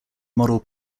model